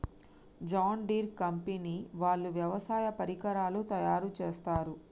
John Deere company వాళ్ళు వ్యవసాయ పరికరాలు తయారుచేస్తారు